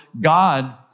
God